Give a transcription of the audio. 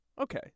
Okay